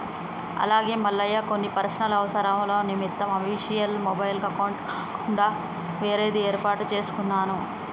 అలాగే మల్లయ్య కొన్ని పర్సనల్ అవసరాల నిమిత్తం అఫీషియల్ మొబైల్ అకౌంట్ కాకుండా వేరేది ఏర్పాటు చేసుకున్నాను